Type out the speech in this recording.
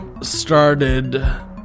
Started